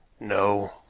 no.